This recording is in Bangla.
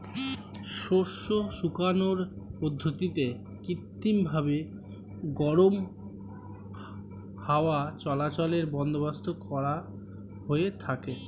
শস্য শুকানোর পদ্ধতিতে কৃত্রিমভাবে গরম হাওয়া চলাচলের বন্দোবস্ত করা হয়ে থাকে